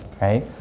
right